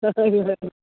हय